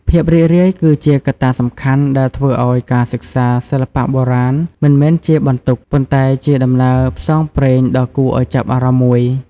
ភាពរីករាយគឺជាកត្តាសំខាន់ដែលធ្វើឱ្យការសិក្សាសិល្បៈបុរាណមិនមែនជាបន្ទុក ប៉ុន្តែជាដំណើរផ្សងព្រេងដ៏គួរឱ្យចាប់អារម្មណ៍មួយ។